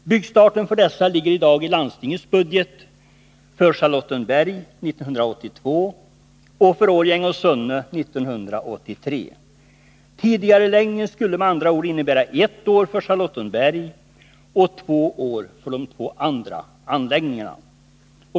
Byggstarten för dessa sjukhem anges i dag i landstingets budget för Charlottenberg till 1982 och för Årjäng och Sunne till 1983. Tidigareläggningen skulle med andra ord innebära ett år för Charlottenberg och två år för de andra anläggningarna.